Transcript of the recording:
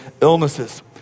illnesses